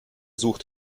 sucht